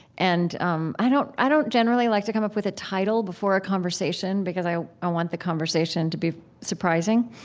and um i don't i don't generally like to come up with a title before a conversation because i i want the conversation to be surprising.